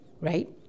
right